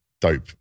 dope